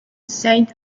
saint